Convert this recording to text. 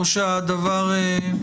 או שהדבר לא מחייב?